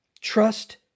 trust